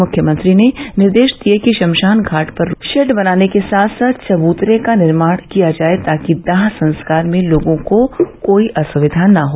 मुख्यमंत्री ने निर्देश दिये कि शमसान घाट पर शेड बनाने के साथ साथ चबूतरे का निर्माण किया जाये ताकि दाह संस्कार में लोगों को कोई असुविधा न हो